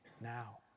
now